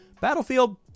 Battlefield